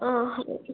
ആ അത് ഓക്കെ